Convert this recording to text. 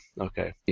Okay